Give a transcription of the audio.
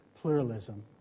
pluralism